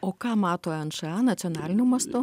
o ką mato nša nacionaliniu mastu